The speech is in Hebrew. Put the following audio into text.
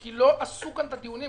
כי לא עשו כאן את הדיונים.